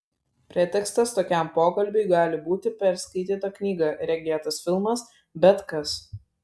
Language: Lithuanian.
pretekstas tokiam pokalbiui gali būti perskaityta knyga regėtas filmas bet kas